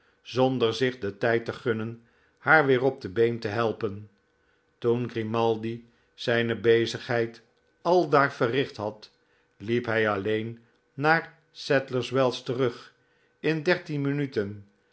zonder zieh den tijd te gunnen haar weer op de been te helpen toen grimaldi zijne bezigheid aldaar verricht had liep hi alleen naar sadlers wells terug in dertien minuten